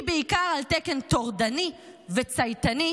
היא בעיקר על תקן טורדני וצייתני,